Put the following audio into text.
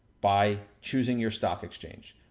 by choosing your stock exchange.